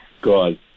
God